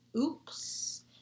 oops